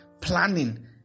planning